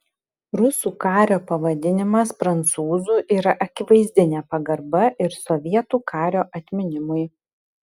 rusų kario pavadinimas prancūzu yra akivaizdi nepagarba ir sovietų kario atminimui